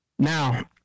Now